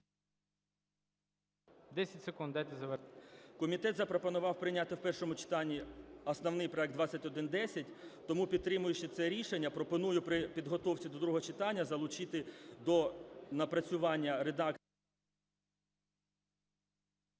10 секунд дайте завершити. ФРОЛОВ П.В. Комітет запропонував прийняти в першому читанні основний проект 2110. Тому, підтримуючи це рішення, пропоную при підготовці до другого читання залучити до напрацювання…